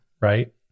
right